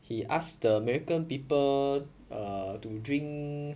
he asked the american people err to drink